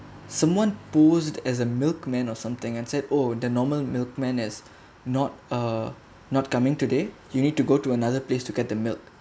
someone posed as a milkman or something and said oh the normal milkman as not uh not coming today you need to go to another place to get the milk